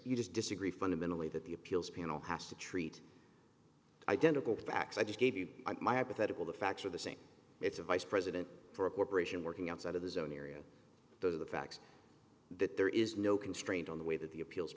you just disagree fundamentally that the appeals panel has to treat identical facts i just gave you my hypothetical the facts are the same it's a vice president for a corporation working outside of his own area the fact that there is no constraint on the way that the appeals